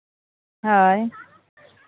ᱦᱳᱭ